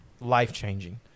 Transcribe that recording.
life-changing